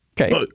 Okay